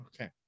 Okay